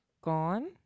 gone